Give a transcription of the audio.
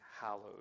hallowed